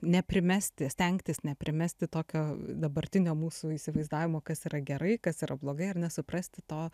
neprimesti stengtis neprimesti tokio dabartinio mūsų įsivaizdavimo kas yra gerai kas yra blogai ir nesuprasti to